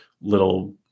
little